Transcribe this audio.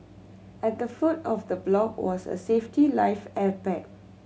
at the foot of the block was a safety life air pack